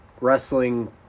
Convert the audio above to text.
wrestling